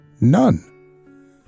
None